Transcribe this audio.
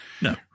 No